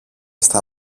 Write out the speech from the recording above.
στα